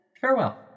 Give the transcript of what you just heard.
Farewell